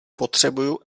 potřebuju